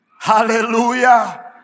Hallelujah